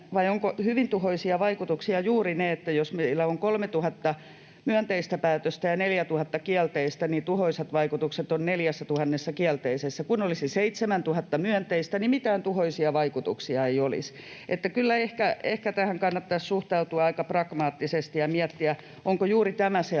vai ovatko hyvin tuhoisia vaikutuksia juuri ne kielteiset, niin että jos meillä on 3 000 myönteistä päätöstä ja 4 000 kielteistä, niin tuhoisat vaikutukset ovat 4 000 kielteisessä? Kun olisi 7 000 myönteistä, mitään tuhoisia vaikutuksia ei olisi. Että kyllä tähän ehkä kannattaisi suhtautua aika pragmaattisesti ja miettiä, onko juuri tämä se